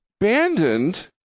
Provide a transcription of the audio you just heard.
abandoned